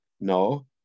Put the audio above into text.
No